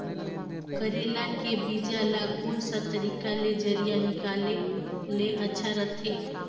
करेला के बीजा ला कोन सा तरीका ले जरिया निकाले ले अच्छा रथे?